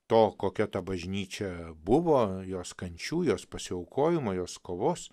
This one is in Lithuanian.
to kokia ta bažnyčia buvo jos kančių jos pasiaukojimo jos kovos